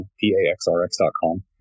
P-A-X-R-X.com